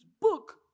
book